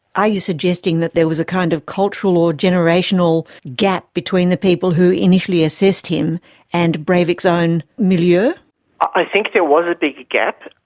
you suggesting that there was a kind of cultural or generational gap between the people who initially assessed him and breivik's own milieu? ah i think there was a big gap.